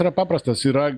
yra paprastas yra